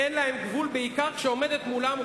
אין להם גבול בעיקר כשעומדת מולם או